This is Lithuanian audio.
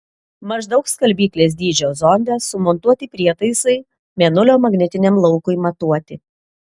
maždaug skalbyklės dydžio zonde sumontuoti prietaisai mėnulio magnetiniam laukui matuoti